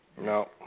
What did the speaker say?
No